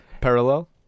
Parallel